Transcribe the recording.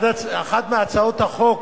אחת מהצעות החוק